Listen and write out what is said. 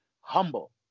humble